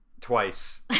twice